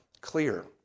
clear